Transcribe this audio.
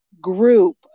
group